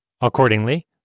Accordingly